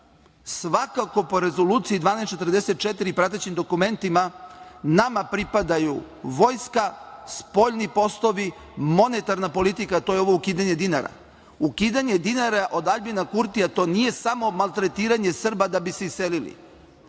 Svakako po Rezoluciji 1244 i pratećim dokumentima nama pripadaju vojska, spoljni poslovi, monetarna politika, to je ovo ukidanje dinara. Ukidanje dinara od Aljbina Kurtina to nije samo maltretiranje Srba da bi se iselili.